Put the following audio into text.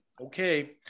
okay